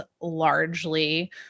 largely